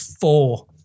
Four